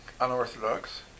unorthodox